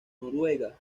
noruega